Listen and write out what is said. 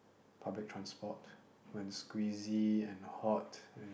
public transport when squeezy and hot and